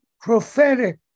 prophetic